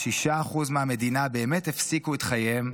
6% מהמדינה באמת הפסיקו את חייהם,